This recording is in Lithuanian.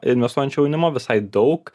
investuojančio jaunimo visai daug